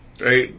right